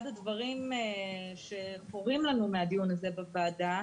אחד הדברים שחורים לנו מהדיון הזה בוועדה,